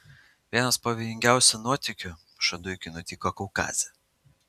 vienas pavojingiausių nuotykių šaduikiui nutiko kaukaze